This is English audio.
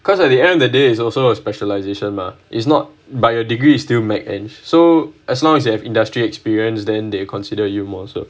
because at the end of the day is also a specialisation is not by your degree is still make and so as long as you have industry experience then that you consider you more so